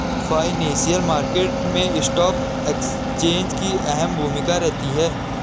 financial market मैं stock exchange की अहम भूमिका रहती है